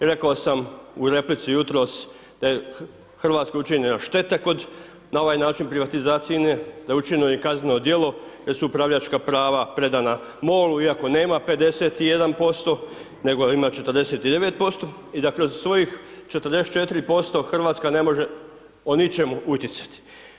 Rekao sam u replici jutros da je Hrvatskoj učinjena šteta kod, na ovaj način privatizacije INA-e, da je učinjeno i kazneno djelo jer su upravljačka prava predana MOL-u iako nema 51% nego ima 49%, i da kroz svojih 44% Hrvatska ne može o ničemu utjecati.